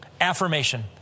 Affirmation